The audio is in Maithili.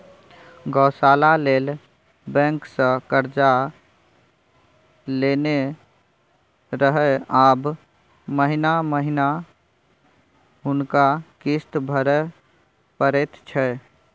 गौशाला लेल बैंकसँ कर्जा लेने रहय आब महिना महिना हुनका किस्त भरय परैत छै